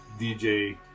DJ